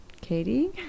Katie